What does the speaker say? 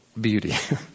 beauty